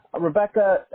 Rebecca